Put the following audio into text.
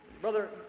Brother